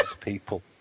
people